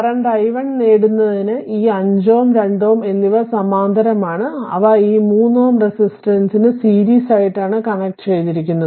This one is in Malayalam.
കറന്റ് i1 നേടുന്നതിന് ഈ 5 Ω 2Ω എന്നിവ സമാന്തരമാണ് അവ ഈ 3Ω റെസിസ്റ്ററിനു സീരീസ് ആയിട്ടാണ് കണക്ട് ചെയ്തിരിക്കുന്നത്